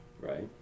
Right